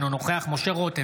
אינו נוכח משה רוט,